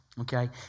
Okay